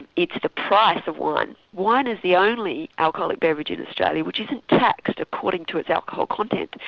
it's the price of wine. wine is the only alcoholic beverage in australia which isn't taxed according to its alcohol content.